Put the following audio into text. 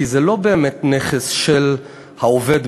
כי זה לא באמת נכס של העובד,